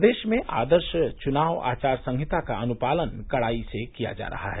प्रदेश में आदर्श चुनाव आचार संहिता का अनुपालन कड़ाई से किया जा रहा है